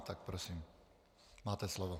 Tak prosím, máte slovo.